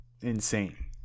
insane